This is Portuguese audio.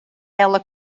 ela